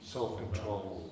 Self-control